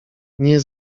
nie